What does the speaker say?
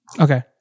Okay